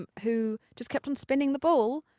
um who just kept on spinning the ball,